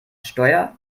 steuer